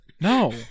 No